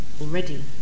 already